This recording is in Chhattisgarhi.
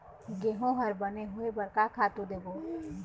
गेहूं हर बने होय बर का खातू देबो?